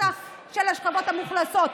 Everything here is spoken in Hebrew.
ההכנסה של השכבות המוחלשות.